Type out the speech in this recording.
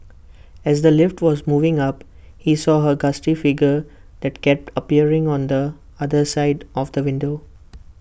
as the lift was moving up he saw A ghastly figure that kept appearing on the other side of the window